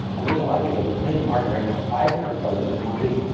and there's a lot of people that are in the market right now. five hundred closings in one week.